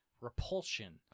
Repulsion